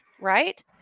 right